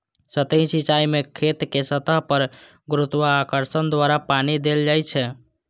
सतही सिंचाइ मे खेतक सतह पर गुरुत्वाकर्षण द्वारा पानि देल जाइ छै